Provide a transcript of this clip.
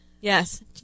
Yes